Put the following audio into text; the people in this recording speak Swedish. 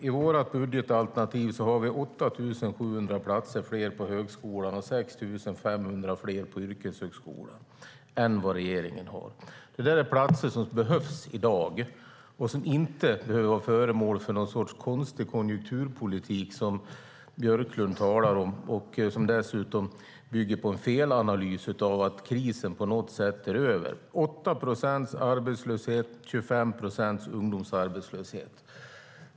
I vårt budgetalternativ har vi 8 700 fler platser i högskolan och 6 500 fler i yrkeshögskolan än vad regeringen har. Det är platser som behövs i dag och som inte behöver vara föremål för någon sorts konstig konjunkturpolitik som Björklund talar om och som dessutom bygger på en felanalys av att krisen på något sätt är över. Vi har en arbetslöshet på 8 procent och en ungdomsarbetslöshet på 25 procent.